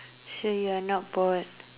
so you are not bored